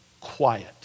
quiet